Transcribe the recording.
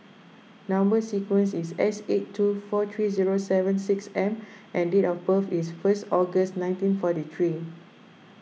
Number Sequence is S eight two four three zero seven six M and date of birth is first August nineteen forty three